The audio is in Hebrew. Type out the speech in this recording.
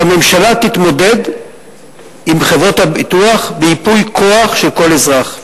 שהממשלה תתמודד עם חברות הביטוח בייפוי כוח של כל אזרח,